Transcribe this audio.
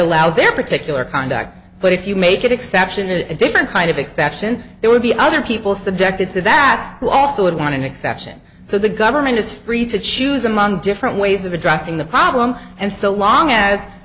allow their particular conduct but if you make an exception to a different kind of exception there would be other people subjected to that who also would want an exception so the government is free to choose among different ways of addressing the problem and so long as